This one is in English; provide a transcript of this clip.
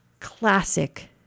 classic